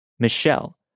Michelle